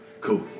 Cool